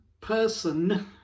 person